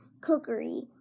cookery